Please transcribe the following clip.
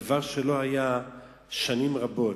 זה דבר שלא היה שנים רבות.